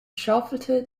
schaufelte